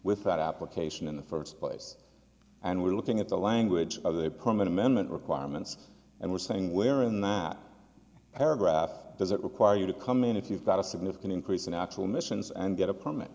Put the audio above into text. with that application in the first place and we're looking at the language of the permit amendment requirements and we're saying where in that paragraph does it require you to come in if you've got a significant increase in actual missions and get a permit